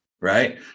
right